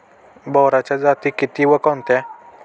बोराच्या जाती किती व कोणत्या?